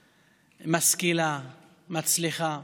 משכילה, מצליחה,